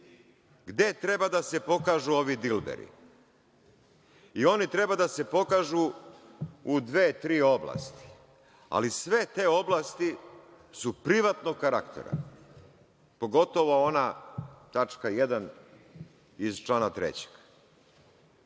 gde treba da se pokažu ovi dilberi, i oni treba da se pokažu u dve, tri oblasti, ali sve te oblasti su privatnog karaktera, pogotovo ona tačka 1. iz člana 3.Ja